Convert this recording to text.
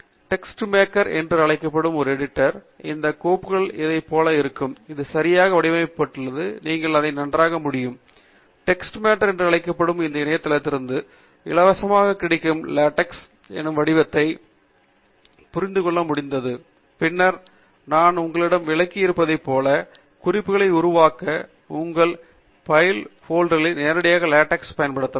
Texmaker என்று அழைக்கப்படும் ஒரு எடிட்டர் அதே கோப்பு இதைப் போல இருக்கும் அது சரியாக வடிவமைக்கப்பட்டு நீங்கள் அதை நன்றாக படிக்க முடியும் ஏனென்றால் டெக்ஸ்மேக்கர் என்று அழைக்கப்படும் இந்த இணையத்தளத்திலிருந்து இலவசமாக கிடைக்கும் லேட்டெக்ஸ் இன் வடிவத்தை புரிந்து கொள்ள முடிந்தது பின்னர் நான் உங்களிடம் விளக்கி இருப்பதைப் போல குறிப்புகளை உருவாக்க உங்கள் பைலட் கோப்பினை நேரடியாக உங்கள் லேட்டெக்ஸ் ஆவணங்களில் பயன்படுத்தலாம்